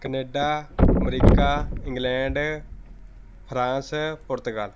Canada America England France Portugal